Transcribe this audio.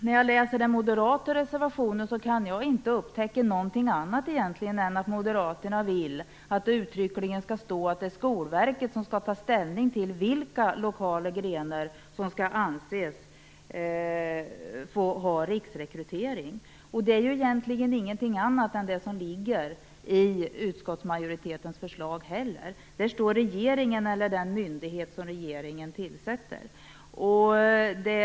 När jag läser den moderata reservationen kan jag inte upptäcka någonting annat än att Moderaterna vill att det uttryckligen skall stå att det är Skolverket som skall ta ställning till vilka lokala grenar som skall få ha riksrekrytering. Det är egentligen ingenting annat än det som ligger i utskottsmajoritetens förslag. Där står att det är regeringen eller den myndighet som regeringen tillsätter som skall göra det.